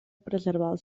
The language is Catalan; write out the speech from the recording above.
preservar